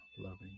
loving